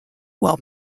while